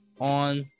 on